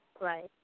Right